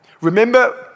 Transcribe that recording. Remember